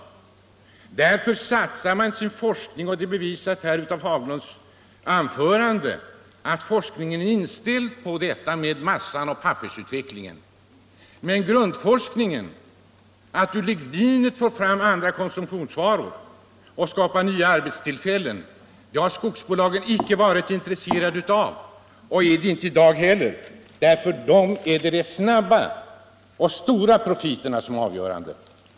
Därför inriktar man sin forskning — det bevisades av herr Haglunds anförande — på massan och på pappersutvecklingen. Men grundforskning för att ur ligninet få fram andra konsumtionsvaror och därmed skapa nya arbetstillfällen har skogsbolagen inte varit intresserade av. Det är de inte i dag heller. För dem är de stora och snabba profiterna avgörande.